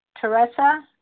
Teresa